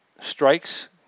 strikes